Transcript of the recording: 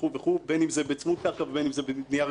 בין אם זה צמוד קרקע או בנייה רוויה.